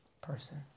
person